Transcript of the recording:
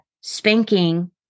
spanking